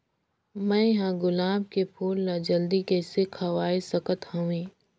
मैं ह गुलाब के फूल ला जल्दी कइसे खवाय सकथ हवे?